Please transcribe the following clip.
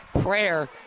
prayer